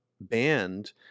banned